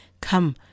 come